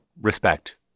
respect